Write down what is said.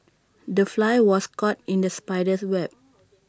the fly was caught in the spider's web